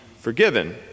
forgiven